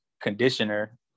conditioner